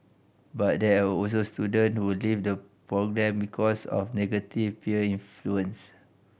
but there are also student who leave the programme because of negative peer influence